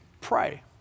pray